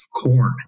corn